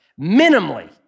Minimally